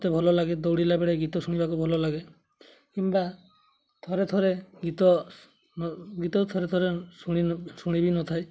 ମୋତେ ଭଲ ଲାଗେ ଦୌଡ଼ିଲା ବେଳେ ଗୀତ ଶୁଣିବାକୁ ଭଲ ଲାଗେ କିମ୍ବା ଥରେ ଥରେ ଗୀତ ଗୀତ ଥରେ ଥରେ ଶୁଣି ଶୁଣିବି ନଥାଏ